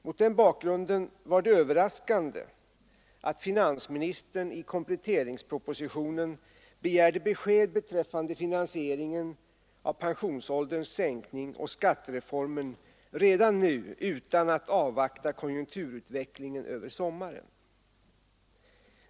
Mot den bakgrunden var det överraskande att finansministern i kompletteringspropositionen begärde besked beträffande finansieringen av pensionsålderns sänkning och skattereformen redan nu utan att avvakta konjunkturutvecklingen över sommaren.